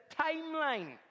timeline